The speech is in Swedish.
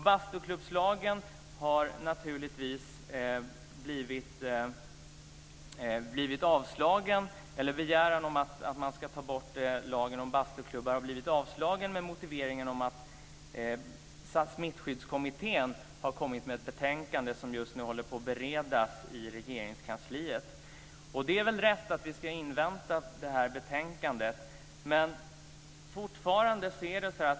Begäran om att lagen om bastuklubbar ska avskaffas har avstyrkts med motiveringen att Smittskyddskommittén har kommit med ett betänkande som just nu håller på att beredas i Regeringskansliet. Det är väl rätt att vi ska invänta betänkandet.